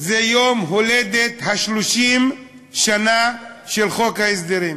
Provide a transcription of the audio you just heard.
זה יום ההולדת ה-30 של חוק ההסדרים.